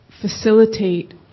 facilitate